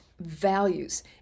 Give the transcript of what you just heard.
values